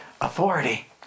authority